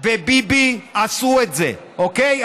וביבי עשו את זה, אוקיי?